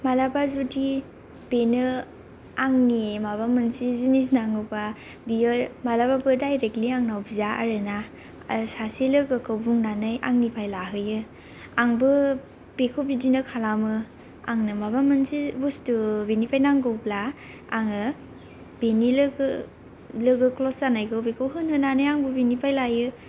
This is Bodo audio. मालाबा जुदि बेनो आंनि माबा मोनसे जिनिस नांगौबा बियो मालाबाबो डायरेक्टलि आंनाव बिया आरोना आरो सासे लोगोखौ बुंन्नानै आंनिफ्राय लाहोयो आंबो बेखौ बिदिनो खालामो आंनो माबा मोनसे बुस्तु बेनिफ्राय नांगौब्ला आङो बेनि लोगो लोगो क्लस जानायखौ बेखौ होनहोनानै आंबो बेनिफ्राय लायो